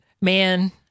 man